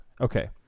Okay